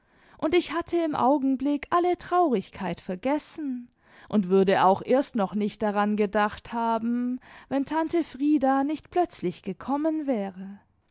und ich hatte im augenblick alle traurigkeit vergessen imd würde auch erst noch nicht daran gedacht haben wenn tante frieda nicht plötzlich gekommen wäre